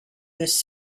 this